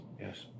Yes